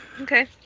Okay